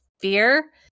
fear